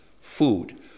food